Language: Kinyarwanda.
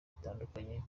bitandukanye